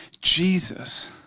Jesus